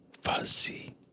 fuzzy